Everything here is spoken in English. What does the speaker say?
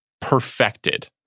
perfected